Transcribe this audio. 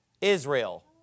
Israel